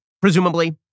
presumably